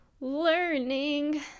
Learning